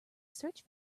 search